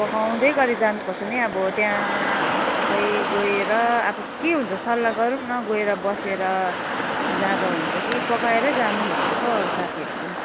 पकाउँदै गरी जानु पर्छ नि अब त्यहाँ खोइ गएर अब के हुन्छ सल्लाह गरौँ न गएर बसेर जाँदा हुन्छ कि पकाएरै जानु भन्दैछ अरू साथीहरूले पनि